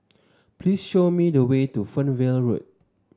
please show me the way to Fernvale Road